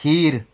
खीर